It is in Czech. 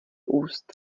úst